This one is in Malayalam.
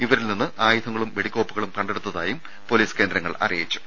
ഇവരിൽ നിന്ന് ആയുധങ്ങളും വെടിക്കോപ്പുകളും കണ്ടെടുത്തായും പോലീസ് കേന്ദ്രങ്ങൾ അറിയിച്ചു